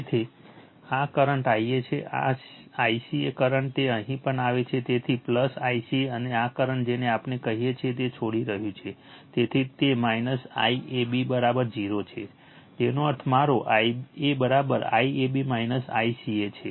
તેથી આ current Ia છે આ ICA કરંટ તે અહીં પણ આવે છે તેથી ICA અને આ કરંટ જેને આપણે કહીએ છીએ તે છોડી રહ્યું છે તેથી તે IAB 0 છે તેનો અર્થ મારો Ia IAB ICA છે